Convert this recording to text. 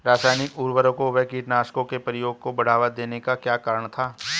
रासायनिक उर्वरकों व कीटनाशकों के प्रयोग को बढ़ावा देने का क्या कारण था?